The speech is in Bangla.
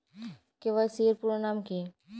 কে.ওয়াই.সি এর পুরোনাম কী?